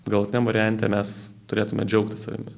galutiniam variante mes turėtume džiaugtis savimi